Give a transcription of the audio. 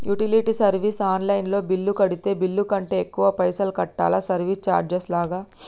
Utility service online లో bill కడితే bill కంటే ఎక్కువ పైసల్ కట్టాలా సర్వీస్ చార్జెస్ లాగా?